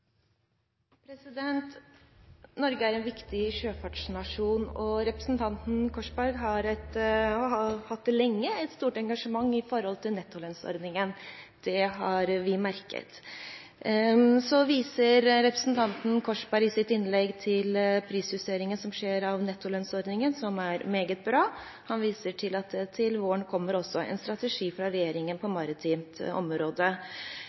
en viktig sjøfartsnasjon, og representanten Korsberg har, og har lenge hatt, et stort engasjement når det gjelder nettolønnsordningen. Det har vi merket. Så viser representanten Korsberg i sitt innlegg til den prisjustering av nettolønnsordningen som skjer, som er meget bra. Han viste til at det til våren også kommer en strategi fra regjeringen på